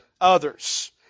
others